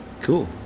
Cool